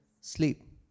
sleep